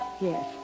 Yes